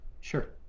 Sure